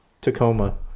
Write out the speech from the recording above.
Tacoma